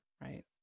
Right